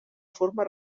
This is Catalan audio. forma